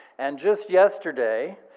and just yesterday,